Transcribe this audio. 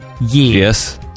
yes